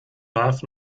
warf